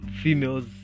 females